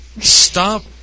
Stop